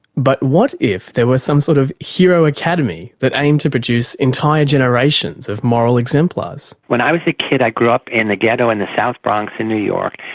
but what if there were some sort of hero academy that aimed to produce entire generations of moral exemplars? when i was a kid i grew up in the ghetto of and the south bronx in new york,